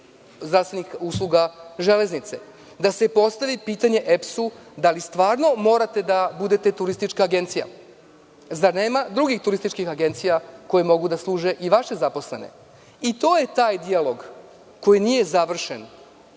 zdravstvenih usluga „Želenice“. Da se postavi pitanje EPS – da li stvarno morate da budete turistička agencija? Zar nema drugih turističkih agencija koje mogu da služe i vaše zaposlene? To je taj dijalog koji nije završen